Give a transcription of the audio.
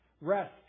Rest